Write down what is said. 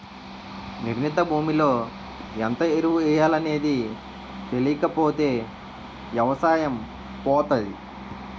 నిర్ణీత భూమిలో ఎంత ఎరువు ఎయ్యాలనేది తెలీకపోతే ఎవసాయం పోతాది